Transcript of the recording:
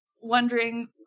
wondering